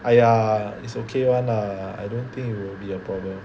!aiya! it's okay [one] lah I don't think it will be a problem